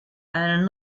einen